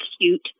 cute